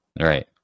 Right